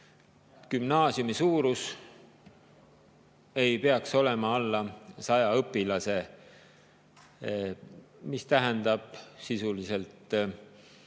gümnaasiumi suurus ei peaks olema alla 100 õpilase. See tähendab sisuliselt kolme